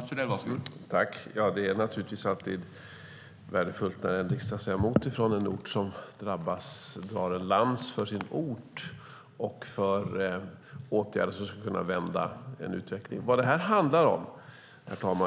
Herr talman! Det är naturligtvis värdefullt när en riksdagsledamot från en ort som drabbas drar en lans för sin ort och för åtgärder som skulle kunna vända utvecklingen. Det handlar inte om